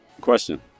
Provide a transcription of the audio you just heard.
question